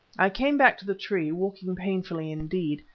i came back to the tree, walking painfully, indeed,